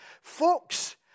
Folks